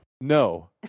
No